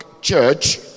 church